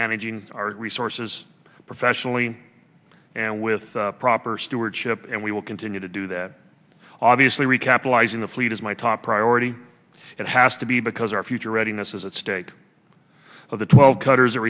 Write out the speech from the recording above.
managing our resources professionally and with proper stewardship and we will continue to do that obviously recapitalizing the fleet is my top priority it has to be because our future readiness is at stake so the twelve cutters